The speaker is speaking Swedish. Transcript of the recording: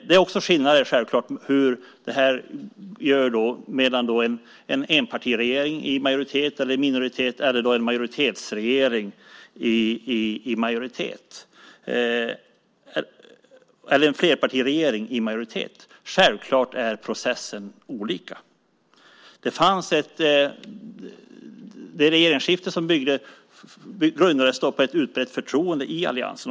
Det är skillnad mellan hur en enpartiregering i majoritet eller minoritet, och en flerpartiregering i majoritet gör. Självklart är processerna olika. Regeringsskiftet grundades på ett utbrett förtroende i alliansen.